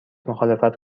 مخالفت